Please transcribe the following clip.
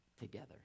together